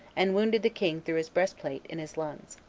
and wounded the king through his breastplate, in his lungs.